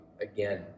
Again